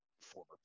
former